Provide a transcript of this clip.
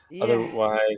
Otherwise